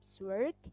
work